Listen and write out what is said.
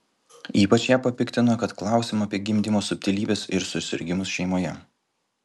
ypač ją papiktino kad klausiama apie gimdymo subtilybes ir susirgimus šeimoje